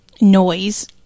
noise